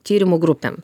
tyrimo grupėm